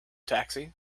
taxi